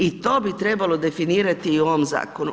I to bi trebalo definirati i u ovom zakonu.